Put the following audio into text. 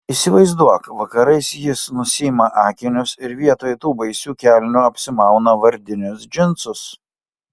įsivaizduok vakarais jis nusiima akinius ir vietoj tų baisių kelnių apsimauna vardinius džinsus